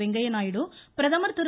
வெங்கைய்யா நாயுடு பிரதமர் திரு